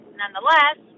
nonetheless